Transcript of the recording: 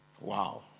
Wow